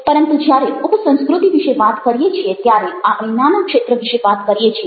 પરંતુ જ્યારે ઉપસંસ્ક્રુતિ વિશે વાત કરીએ છીએ ત્યારે આપણે નાના ક્ષેત્ર વિશે વાત કરીએ છીએ